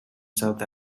south